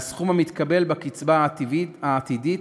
מהסכום המתקבל בקצבה העתידית,